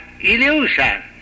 illusion